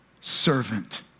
servant